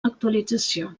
actualització